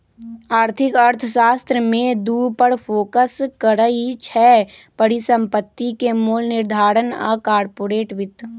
आर्थिक अर्थशास्त्र में दू पर फोकस करइ छै, परिसंपत्ति के मोल निर्धारण आऽ कारपोरेट वित्त